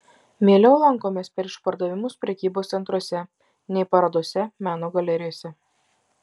mieliau lankomės per išpardavimus prekybos centruose nei parodose meno galerijose